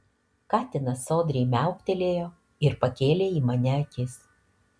katinas sodriai miauktelėjo ir pakėlė į mane akis